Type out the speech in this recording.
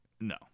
No